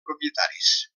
propietaris